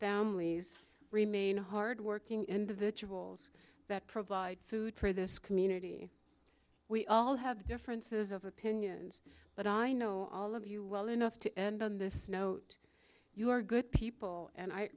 families remain hard working individuals that provide food for this community we all have differences of opinions but i know all of you well enough to end on this note you are good people and i